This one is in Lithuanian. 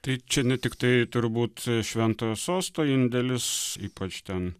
tai čia ne tiktai turbūt šventojo sosto indėlis ypač ten